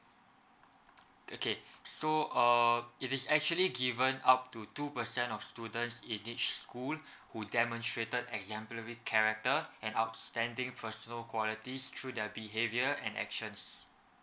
okay so uh it is actually given up to two percent of students in each school who demonstrated exemplary character and outstanding personal qualities through their behaviour and actions